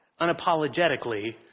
unapologetically